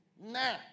Nah